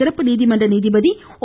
சிறப்பு நீதிமன்ற நீதிபதி ஒ